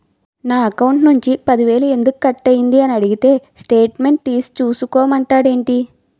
నా అకౌంట్ నుంచి పది వేలు ఎందుకు కట్ అయ్యింది అని అడిగితే స్టేట్మెంట్ తీసే చూసుకో మంతండేటి